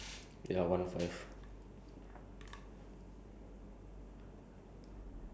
think they say this one two hours so we have to talk like about fifteen more minutes about what I don't know